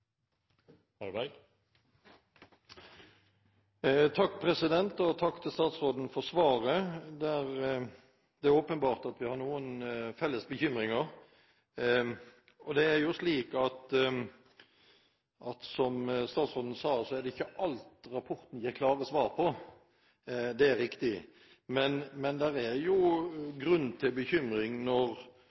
Takk til statsråden for svaret. Det er åpenbart at vi har noen felles bekymringer. Det er jo slik, som statsråden sa, at det er ikke alt rapporten gir klare svar på – det er riktig. Men det er grunn til bekymring når